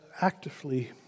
actively